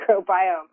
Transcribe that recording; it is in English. microbiome